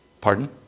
Pardon